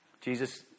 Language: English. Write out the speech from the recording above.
Jesus